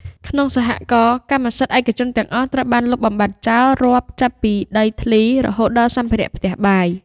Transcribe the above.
ក្នុងសហករណ៍ កម្មសិទ្ធិឯកជនទាំងអស់ត្រូវបានលុបបំបាត់ចោល រាប់ចាប់ពីដីធ្លី រហូតដល់សម្ភារៈផ្ទះបាយ។